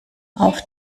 auf